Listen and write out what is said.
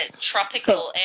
tropical